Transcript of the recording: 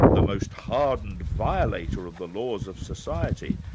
the most hardened violator of the laws of society,